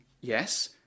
Yes